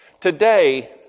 Today